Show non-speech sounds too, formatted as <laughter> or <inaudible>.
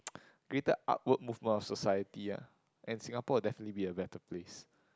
<noise> greater artwork movement of our society ah and Singapore will definitely be a better place